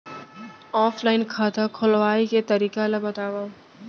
Offline खाता खोलवाय के तरीका ल बतावव?